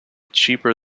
cheaper